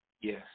Yes